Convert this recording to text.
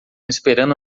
esperando